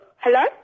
Hello